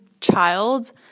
child